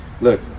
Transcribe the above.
look